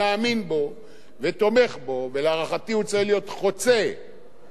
ולהערכתי הוא צריך להיות חוצה קווים בין קואליציה לאופוזיציה,